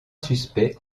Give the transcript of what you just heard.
suspects